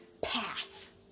path